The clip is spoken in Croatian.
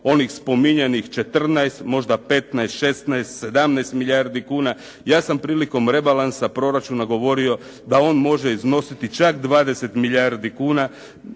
onih spominjanih 14, možda 15, 16, 17 milijardi kuna. Ja sam prilikom rebalansa proračuna govorio da on može iznositi čak 20 milijardi kuna